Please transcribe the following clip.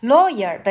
Lawyer